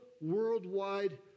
worldwide